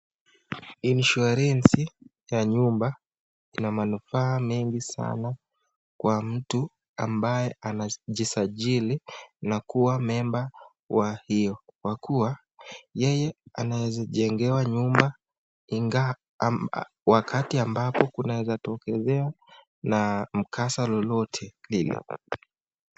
Insurance ya nyumba ina munufaa mengi sana kwa mtu ambaye anajisajili na kua member wa hio kwa kua yeye anaeza jengewa nyumba wakati ambapo kunaweza tokezea mkasa lelote lile.